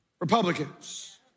Republicans